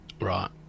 right